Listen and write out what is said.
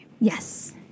Yes